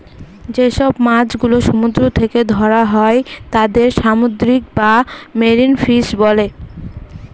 যেসব মাছ গুলো সমুদ্র থেকে ধরা হয় তাদের সামুদ্রিক বা মেরিন ফিশ বলে